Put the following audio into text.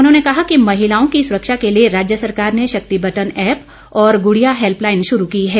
उन्होंने कहा कि महिलाओं की सुरक्षा के लिए राज्य सरकार ने शक्ति बटन ऐप और गुड़िया हैल्पलाईन शुरू की है